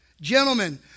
Gentlemen